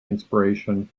inspiration